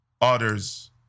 others